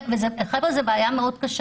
זאת בעיה מאוד קשה